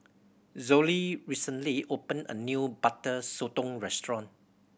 Zollie recently opened a new Butter Sotong restaurant